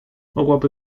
mogłaby